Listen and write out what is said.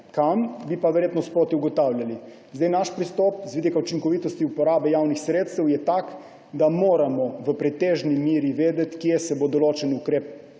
kam, bi pa verjetno sproti ugotavljali. Naš pristop z vidika učinkovitosti uporabe javnih sredstev je tak, da moramo v pretežni meri vedeti, kje se bo določen ukrep